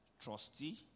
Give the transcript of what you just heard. trustee